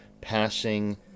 passing